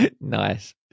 Nice